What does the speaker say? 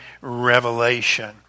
Revelation